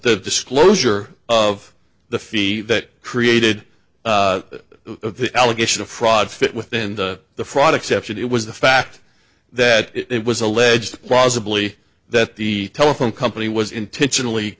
the disclosure of the fee that created the allegation of fraud fit within the fraud exception it was the fact that it was alleged was a bully that the telephone company was intentionally